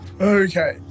Okay